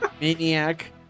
maniac